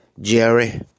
Jerry